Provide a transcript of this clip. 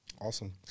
Awesome